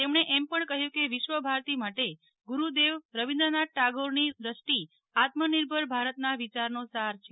તેમણે એમ પણ કહ્યું કે વિશ્વભારતી માટે ગુરૂદેવ રવિન્દ્રનાથ ટાગોરની દ્રષ્ટિ આત્મનિર્ભર ભારતના વિચારનો સાર છે